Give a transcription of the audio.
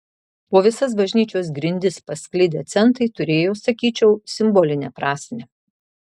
po visas bažnyčios grindis pasklidę centai turėjo sakyčiau simbolinę prasmę